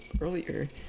earlier